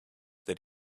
that